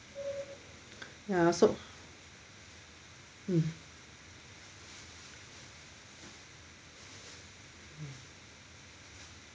ya so mm